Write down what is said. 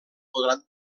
podran